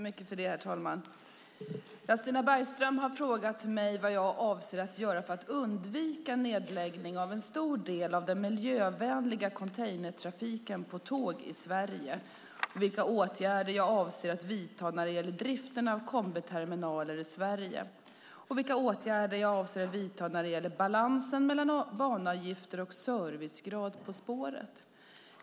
Herr talman! Stina Bergström har frågat mig vad jag avser att göra för att undvika nedläggning av en stor del av den miljövänliga containertrafiken på tåg i Sverige, vilka åtgärder jag avser att vidta när det gäller driften av kombiterminaler i Sverige och vilka åtgärder jag avser att vidta när det gäller balansen mellan banavgifter och servicegrad på spåret.